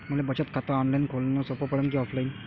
मले बचत खात ऑनलाईन खोलन सोपं पडन की ऑफलाईन?